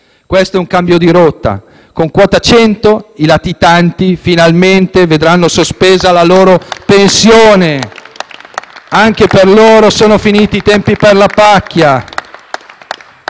Questo è un cambio di rotta: con quota 100, i latitanti finalmente vedranno sospesa la loro pensione; anche per loro sono finiti i tempi della pacchia.